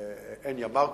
עם הניה מרקוביץ,